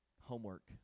homework